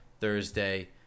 Thursday